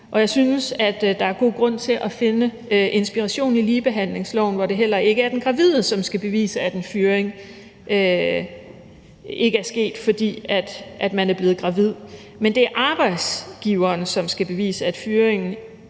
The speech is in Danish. og jeg synes, der er god grund til at finde inspiration i ligebehandlingsloven, hvor det heller ikke er den gravide, som skal bevise, at et fyring ikke er sket, fordi man er blevet gravid, men hvor det er arbejdsgiveren, som skal bevise, at fyringen